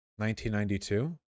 1992